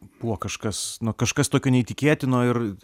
buvo kažkas kažkas tokio neįtikėtino ir